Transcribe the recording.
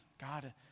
God